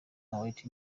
kuwait